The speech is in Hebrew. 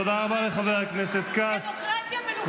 דמוקרטיה מלוכנית, תודה לחבר הכנסת כץ.